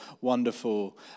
wonderful